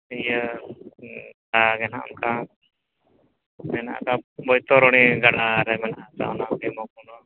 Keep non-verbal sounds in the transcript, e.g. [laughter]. ᱤᱭᱟᱹ [unintelligible] ᱦᱟᱸᱜ ᱚᱱᱠᱟ ᱢᱮᱱᱟᱜᱼᱟ ᱵᱳᱭᱛᱚᱨᱚᱱᱤ ᱜᱟᱰᱟᱨᱮ ᱢᱮᱱᱟᱜᱼᱟ [unintelligible]